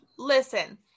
Listen